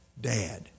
Dad